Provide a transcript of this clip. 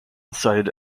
cited